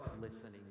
listening